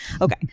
Okay